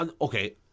okay